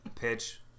pitch